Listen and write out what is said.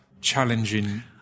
challenging